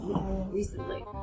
recently